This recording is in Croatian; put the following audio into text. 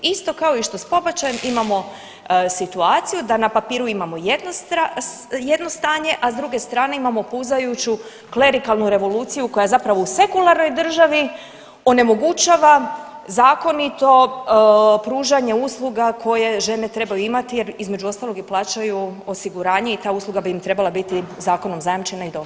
Isto kao što i s pobačajem imamo situaciju da na papiru imamo jedno stanje, a s druge strane imamo puzajući klerikalnu revoluciju koja zapravo u sekularnoj državi onemogućava zakonito pružanje usluga koje žene trebaju imati jer između ostalog plaćaju i osiguranje i ta usluga bi im trebala biti zakonom zajamčena i dostupna.